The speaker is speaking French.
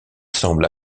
semble